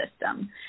system